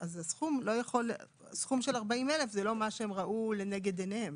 אז סכום של 40,000 זה לא מה שהם ראו לנגד עיניהם.